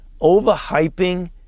Overhyping